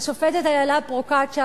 השופטת אילה פרוקצ'יה,